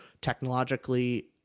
technologically